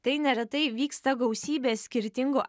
tai neretai vyksta gausybė skirtingų